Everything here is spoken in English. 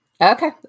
Okay